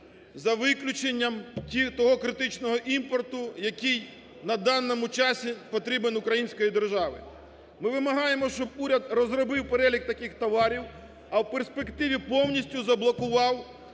за виключенням того критичного імпорту, який на даному часі потрібен українській державі. Ми вимагаємо, щоб уряд розробив перелік таких товарів, а в перспективі повністю заблокував